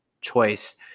choice